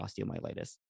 Osteomyelitis